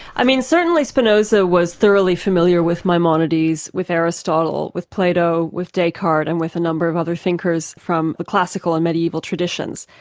i mean certainly spinoza was thoroughly familiar with maimonides, with aristotle, with plato, with descartes and with a number of other thinkers from the classical and mediaeval traditions.